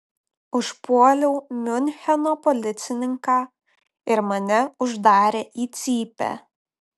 užpuoliau miuncheno policininką ir mane uždarė į cypę